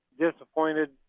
disappointed